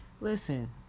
listen